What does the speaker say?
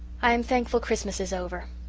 i am thankful christmas is over,